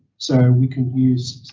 so we can use, ah,